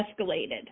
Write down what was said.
escalated